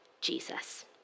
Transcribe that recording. Jesus